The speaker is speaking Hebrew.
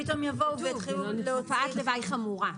פתאום יבואו ויתחילו להוציא --- תופעת לוואי חמורה.